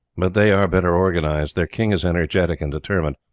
but they are better organized, their king is energetic and determined,